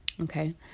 okay